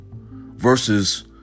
Versus